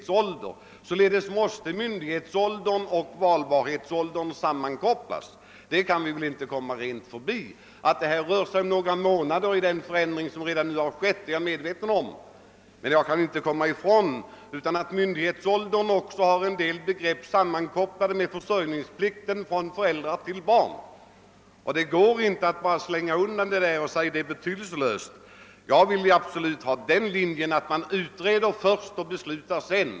Valbarhetsåldern och myndighetsåldern måste vara sammankopplade; det kan vi väl inte komma förbi. Jag är medveten om att det här bara rör sig om några månader, i den förändring som redan skett, men myndighetsåldern är ju ändå sammankopplad med försörjningsplikten i förhållandet föräldrar— barn. Man kan inte bortse från det sambandet och säga att det är betydelselöst. Jag biträder mycket bestämt den linjen att vi skall utreda först och besluta sedan.